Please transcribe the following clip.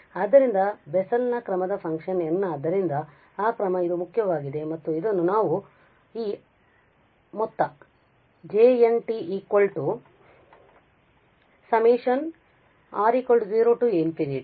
ಆದ್ದರಿಂದ ಬೆಸೆಲ್ ನ ಕ್ರಮದ ಫಂಕ್ಷನ್ n ಆದ್ದರಿಂದ ಆ ಕ್ರಮ ಇದು ಮುಖ್ಯವಾಗಿದೆ ಮತ್ತು ಇದನ್ನು ಈ ಅನಂತ ಮೊತ್ತ Jn r0∞ −1 r r